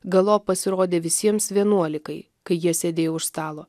galop pasirodė visiems vienuolikai kai jie sėdėjo už stalo